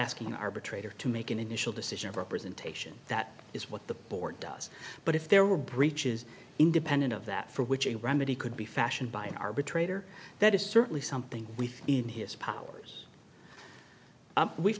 asking an arbitrator to make an initial decision of representation that is what the board does but if there were breaches independent of that for which a remedy could be fashioned by an arbitrator that is certainly something we thought in his powers we've